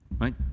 right